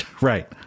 Right